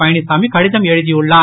பழனிச்சாமி கடிதம் எழுதியுள்ளார்